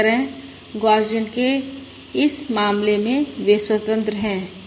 इसी तरह गौसियन के इस मामले में वे स्वतंत्र हैं